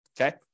Okay